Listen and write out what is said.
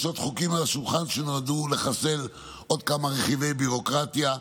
יש עוד חוקים על השולחן שנועדו לחסל עוד כמה רכיבי ביורוקרטיה.